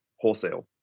wholesale